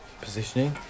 positioning